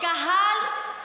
על מה מדובר?